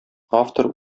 автор